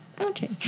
Okay